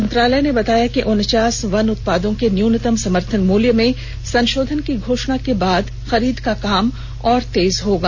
मंत्रालय ने बताया कि उनचास वन उत्पादों के न्यनतम समर्थन मुल्य में संशोधन की घोषणा के बाद खरीद का काम और तेज होगा